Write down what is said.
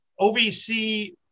OVC